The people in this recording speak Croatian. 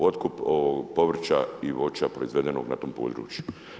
Otkup povrća i voća proizvedenog na tom području.